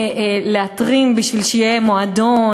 להתרים בשביל שיהיה מועדון,